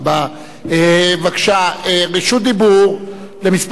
בבקשה, רשות דיבור לכמה חברי כנסת.